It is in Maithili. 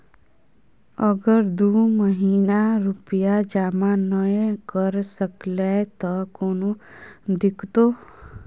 अगर दू महीना रुपिया जमा नय करे सकलियै त कोनो दिक्कतों?